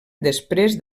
després